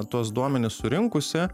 tuos duomenis surinkusi